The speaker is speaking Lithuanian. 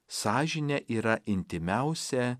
sąžinė yra intymiausia